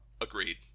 Agreed